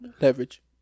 Leverage